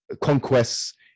conquests